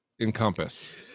encompass